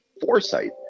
foresight